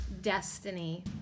destiny